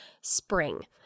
spring